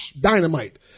dynamite